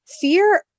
fear